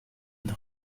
été